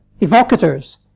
evocators